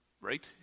right